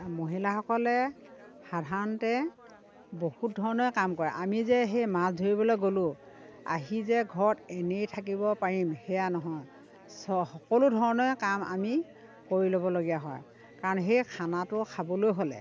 মহিলাসকলে সাধাৰণতে বহুত ধৰণৰে কাম কৰে আমি যে সেই মাছ ধৰিবলৈ গ'লোঁ আহি যে ঘৰত এনেই থাকিব পাৰিম সেয়া নহয় চ সকলো ধৰণৰে কাম আমি কৰিব ল'বলগীয়া হয় কাৰণ সেই খানাটো খাবলৈ হ'লে